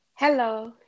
Hello